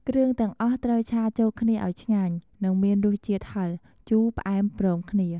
គ្រឿងទាំងអស់ត្រូវឆាចូលគ្នាឱ្យឆ្ងាញ់ និងមានរសជាតិហឹរ ជូរ ផ្អែមព្រមគ្នា។